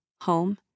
home